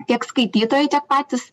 tiek skaitytojai tiek patys